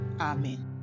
Amen